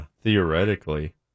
Theoretically